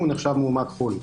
הוא נחשב מאומת חו"ל.